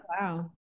Wow